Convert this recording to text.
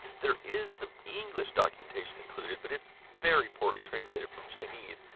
there is some english documentation included, but it's very poorly translated from chinese,